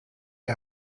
die